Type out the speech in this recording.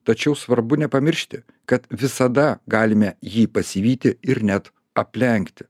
tačiau svarbu nepamiršti kad visada galime jį pasivyti ir net aplenkti